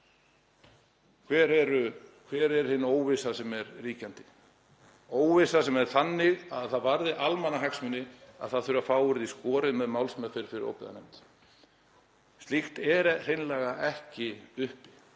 Hver er óvissan sem er ríkjandi, óvissa sem er þannig að það varði almannahagsmuni, að það þurfi að fá úr því skorið með málsmeðferð fyrir óbyggðanefnd? Slíkt er hreinlega ekki uppi.